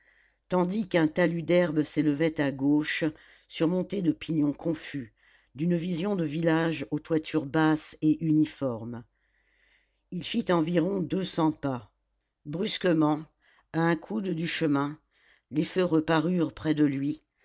tandis qu'un talus d'herbe s'élevait à gauche surmonté de pignons confus d'une vision de village aux toitures basses et uniformes il fit environ deux cents pas brusquement à un coude du chemin les feux reparurent près de lui